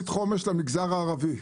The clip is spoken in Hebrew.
למגזר הערבי.